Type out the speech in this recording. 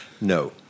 No